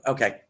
Okay